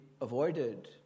avoided